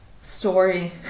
story